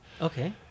Okay